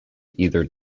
either